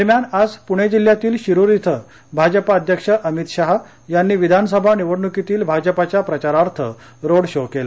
दरम्यानआज पुणे जिल्ह्यातील शिरूर इथं भाजपा अध्यक्ष अमित शहा यांनी विधानसभा निवडणुकीतील भाजपाच्या प्रचारार्थ रोड शो केला